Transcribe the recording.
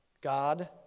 God